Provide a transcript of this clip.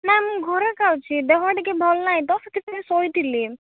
ନାଁ ମୁଁ ଘରେ ଏକା ଅଛି ଦେହ ଟିକେ ଭଲ ନାଇଁ ତ ସେଥିପାଇଁ ଶୋଇଥିଲି